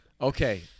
Okay